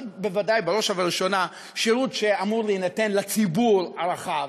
בוודאי בראש ובראשונה שירות שאמור להינתן לציבור הרחב,